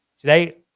today